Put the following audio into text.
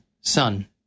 son